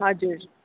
हजुर